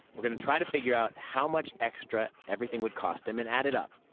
we're going to try to figure out how much extra everything would cost him and add it up.